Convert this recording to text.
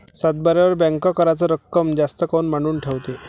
सातबाऱ्यावर बँक कराच रक्कम जास्त काऊन मांडून ठेवते?